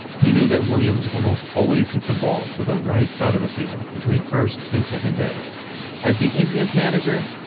he knew that williams almost always hit the ball to the right side of the field between first and second base as the indians manager,